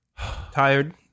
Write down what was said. Tired